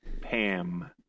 Pam